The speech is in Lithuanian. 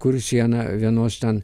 kur siena vienos ten